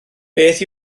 beth